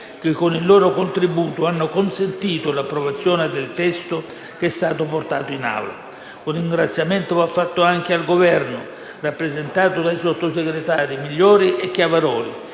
che con il loro contributo hanno consentito l'approvazione del testo che è stato portato in Aula. Un ringraziamento va rivolto anche al Governo, rappresentato dai sottosegretari Migliore e Chiavaroli